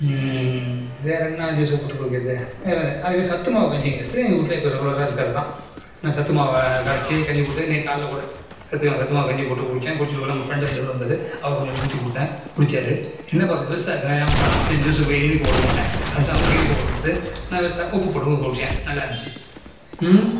வேறென்ன ஜூஸு போட்டு குடிக்கிறது வேறே அதுமாரி சத்துமாவு கஞ்சிங்கிறது எங்கள் வீட்ல இப்போ ரெகுலராக இருக்கிறதுதான் இந்த சத்துமாவை கரைச்சி கஞ்சி போட்டு இன்றைக்கி காலைல கூட சத்துமாவு சத்துமாவு கஞ்சி போட்டு குடித்தேன் குடித்துட்டு இருக்கக்குள்ள நம்ம ஃப்ரெண்டு ரெண்டு பேர் வந்தார் அவருக்கு கொஞ்சூண்டு ஊற்றி கொடுத்தேன் குடிச்சாரு என்னப்பா இது வெறுசாக இருக்குது ஆமாப்பா நான் செஞ்ச ஜூஸில் இனிப்பு போட்டுக்க மாட்டேன் அடுத்து அவருக்கு இனிப்பு போட்டு கொடுத்து நான் வெறுசாக உப்பு போட்டு குடித்தேன் நல்லா இருந்துச்சி